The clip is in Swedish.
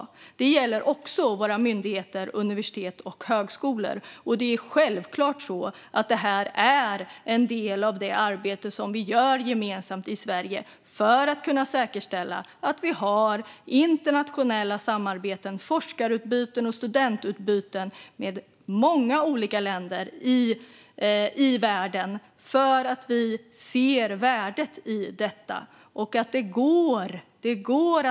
Det gäller också våra myndigheter universitet och högskolor, och det är självklart en del av det arbete som vi gör gemensamt i Sverige för att kunna säkerställa att vi har internationella samarbeten, forskarutbyten och studentutbyten med många olika länder i världen därför att vi ser värdet i detta. Det går - det går!